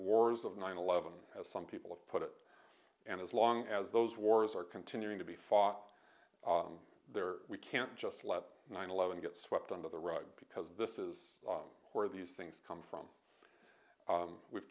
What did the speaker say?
wars of nine eleven as some people have put it and as long as those wars are continuing to be fought there we can't just let nine eleven get swept under the rug because this is where these things come from we've